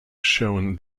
shown